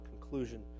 conclusion